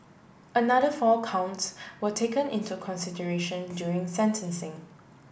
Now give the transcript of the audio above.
another four counts were taken into consideration during sentencing